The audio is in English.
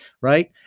right